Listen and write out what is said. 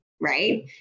right